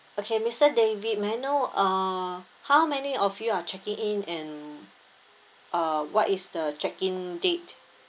okay mister david may I know uh how many of you are checking in and uh what is the check in date